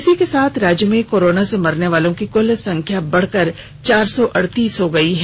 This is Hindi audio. इसी के साथ राज्य में कोरोना से मरनेवालों की कुल संख्या बढ़कर चार सौ अड़तीस हो गयी है